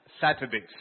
Saturdays